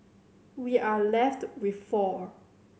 we are left with four